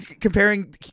comparing